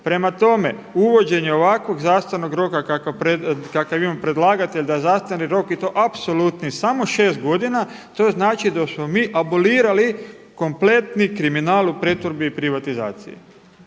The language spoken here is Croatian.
Prema tome, uvođenje ovakvog zastarnog roka kakav … predlagatelj da zastarni rok i to apsolutni samo šest godina, to znači da smo mi abolirali kompletni kriminal u pretvorbi i privatizaciji.